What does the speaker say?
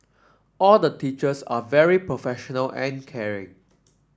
all the teachers are very professional and caring